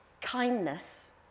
kindness